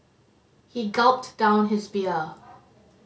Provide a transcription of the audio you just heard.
he gulped down his beer